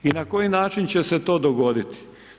I na koji način će se to dogoditi.